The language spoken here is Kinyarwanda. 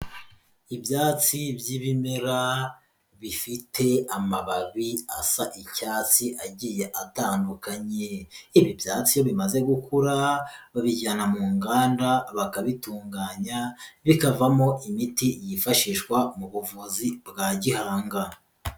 Ibyatsi by'ibimera bifite amababi asa icyatsi agiye atandukanye, ibi byatsi iyo bimaze gukura babijyana mu nganda bakabitunganya, bikavamo imiti yifashishwa mu buvuzi bwa gihanga.